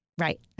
Right